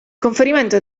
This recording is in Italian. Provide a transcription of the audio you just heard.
conferimento